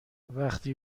وقتی